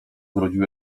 zrodził